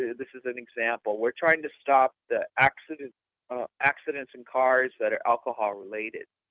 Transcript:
this is an example, were trying to stop the accidents ah accidents in cars that are alcohol related.